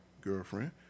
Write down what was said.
girlfriend